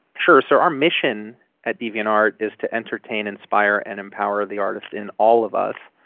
sure. so our mission at deviantart is to entertain, inspire and empower the artist in all of us.